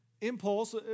impulse